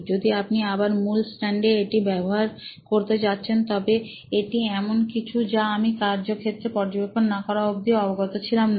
যদি আপনি আবার মূল স্ট্যান্ডে এটি ব্যবহার করতে যাচ্ছেন তবে এটি এমন কিছু যা আমি কার্যক্ষেত্রে পর্যবেক্ষণ না করা অবধি অবগত ছিলাম না